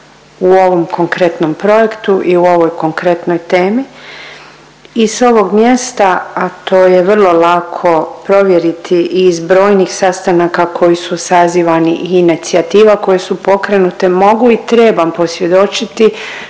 u ovom konkretnom projektu i u ovoj konkretnoj temi i s ovog mjesta, a to je vrlo lako provjeriti i iz brojnih sastanaka koji su sazivani i inicijativa koje su pokrenute, mogu i trebam posvjedočiti